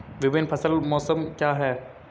विभिन्न फसल मौसम क्या हैं?